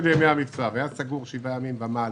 המבצע והיה סגור שבעה ימים ויותר